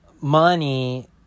money